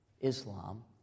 Islam